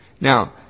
Now